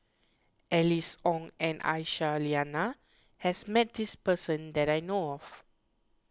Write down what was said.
Alice Ong and Aisyah Lyana has met this person that I know of